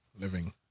living